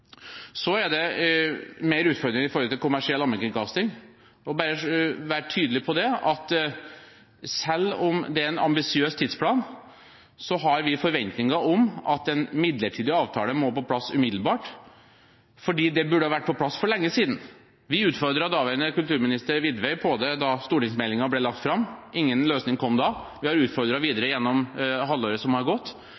er også flere utfordringer når det gjelder kommersiell allmennkringkasting. Bare for å være tydelig på det: Selv om det er en ambisiøs tidsplan, har vi forventninger om at en midlertidig avtale må på plass umiddelbart, fordi det burde ha vært på plass for lenge siden. Vi utfordret daværende kulturminister Widvey på det da stortingsmeldingen ble lagt fram. Ingen løsning kom da. Vi har